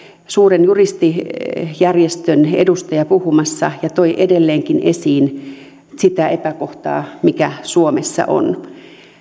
suuren juristijärjestön edustaja puhumassa ja hän toi edelleenkin esiin sitä epäkohtaa mikä suomessa on